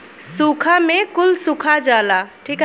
सूखा में कुल सुखा जाला